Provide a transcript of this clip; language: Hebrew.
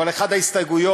אבל אחת ההסתייגויות